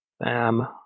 Bam